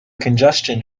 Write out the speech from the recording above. congestion